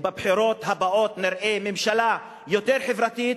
ובבחירות הבאות נראה ממשלה יותר חברתית,